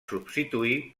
substituir